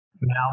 now